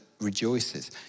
rejoices